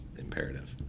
imperative